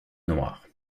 noir